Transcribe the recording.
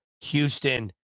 Houston